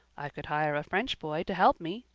i could hire a french boy to help me,